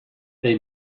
they